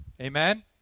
Amen